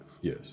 Yes